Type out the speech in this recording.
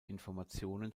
informationen